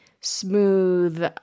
smooth